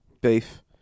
Beef